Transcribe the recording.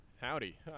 Howdy